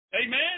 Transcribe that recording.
Amen